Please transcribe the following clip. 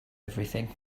everything